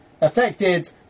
affected